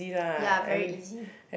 ya very easy